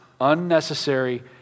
Unnecessary